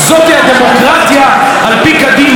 זוהי הדמוקרטיה על פי קדימה,